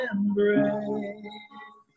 Embrace